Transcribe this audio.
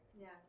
yes